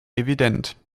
evident